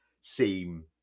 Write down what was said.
seem